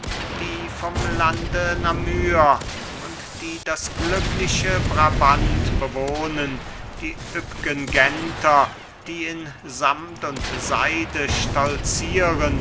die vom lande namur und die das glückliche brabant bewohnen die üppgen genter die in samt und seide stolzieren